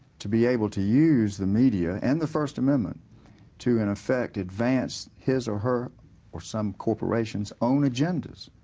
to be able to use the media and the first amendment to in effect, advance his or her or some corporations own agenda.